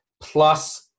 plus